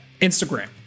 Instagram